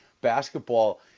basketball